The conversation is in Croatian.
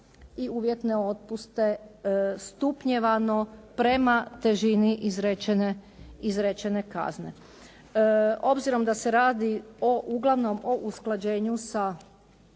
i uvjetne otpuste stupnjevano prema težini izrečene kazne. Obzirom da se radi uglavnom o usklađenju sa